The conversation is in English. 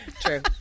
True